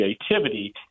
creativity